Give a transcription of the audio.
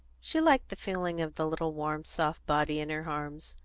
she liked the feeling of the little, warm, soft body in her arms,